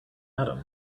adam